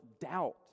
doubt